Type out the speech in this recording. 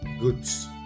goods